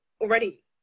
already